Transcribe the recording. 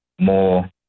more